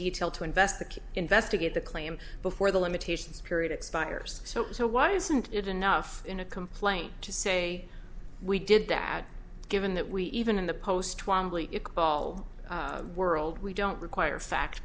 detail to invest the key investigate the claim before the limitations period expires so why isn't it enough in a complaint to say we did that given that we even in the post ball world we don't require fact